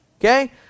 okay